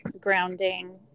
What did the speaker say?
grounding